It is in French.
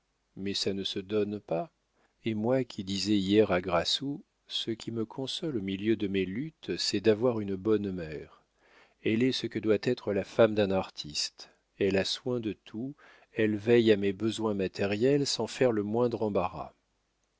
mais ça ne se donne pas et moi qui disais hier à grassou ce qui me console au milieu de mes luttes c'est d'avoir une bonne mère elle est ce que doit être la femme d'un artiste elle a soin de tout elle veille à mes besoins matériels sans faire le moindre embarras